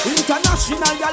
International